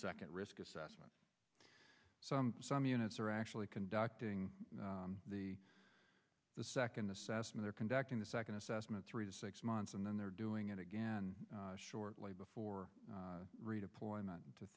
second risk assessment some some units are actually conducting the the second the sas and they're conducting the second assessment three to six months and then they're doing it again shortly before redeployment